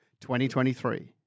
2023